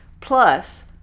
Plus